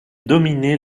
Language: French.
dominait